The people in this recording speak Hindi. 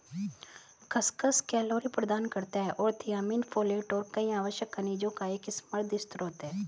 खसखस कैलोरी प्रदान करता है और थियामिन, फोलेट और कई आवश्यक खनिजों का एक समृद्ध स्रोत है